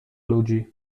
ludzi